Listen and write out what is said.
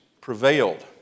prevailed